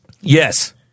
Yes